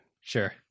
Sure